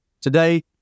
today